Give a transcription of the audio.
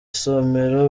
somero